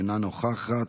אינה נוכחת,